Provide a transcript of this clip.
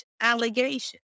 allegation